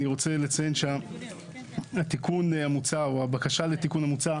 אני רוצה לציין שהתיקון המוצע או הבקשה לתיקון המוצע,